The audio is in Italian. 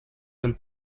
del